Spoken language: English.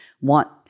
want